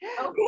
Okay